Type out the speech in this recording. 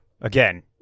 Again